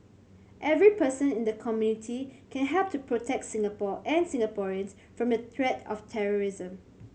every person in the community can help to protect Singapore and Singaporeans from the threat of terrorism